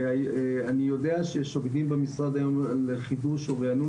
אני יודע שעובדים במשרד היום על חידוש או רענון